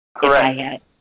Correct